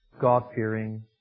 God-fearing